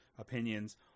opinions